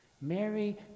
Mary